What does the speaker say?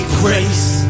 grace